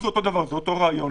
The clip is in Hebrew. כמו שדיברנו עליהם,